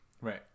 Right